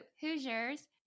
Hoosiers